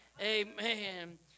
amen